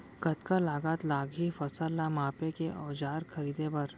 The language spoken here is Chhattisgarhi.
कतका लागत लागही फसल ला मापे के औज़ार खरीदे बर?